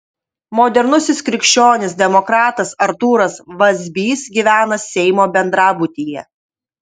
modernusis krikščionis demokratas artūras vazbys gyvena seimo bendrabutyje